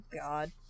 God